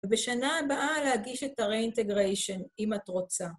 ובשנה הבאה להגיש את ה-reintegration אם את רוצה.